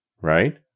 right